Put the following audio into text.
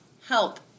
help